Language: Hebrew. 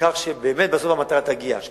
כך באמת להגיע בסוף למטרה,